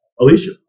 Alicia